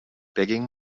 begging